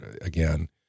again